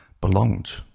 belonged